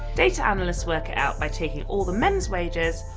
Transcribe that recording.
data analysts work it out by taking all the men's wages,